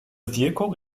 wirkung